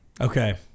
Okay